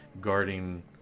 guarding